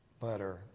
letter